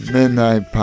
Midnight